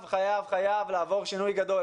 חייבים לעבור שינוי גדול.